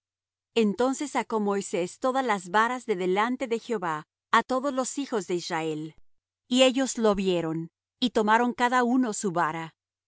entonces sacó moisés todas las varas de delante de jehová á todos los hijos de israel y ellos lo vieron y tomaron cada uno su vara